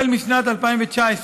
משנת 2019,